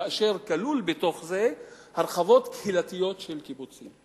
וכלול בתוך זה הרחבות קהילתיות של קיבוצים.